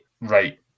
right